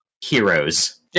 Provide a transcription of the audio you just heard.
heroes